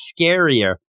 scarier